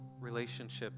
relationships